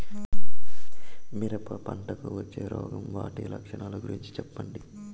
మిరప పంటకు వచ్చే రోగం వాటి లక్షణాలు గురించి చెప్పండి?